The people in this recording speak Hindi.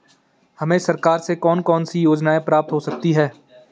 हमें सरकार से कौन कौनसी योजनाएँ प्राप्त हो सकती हैं?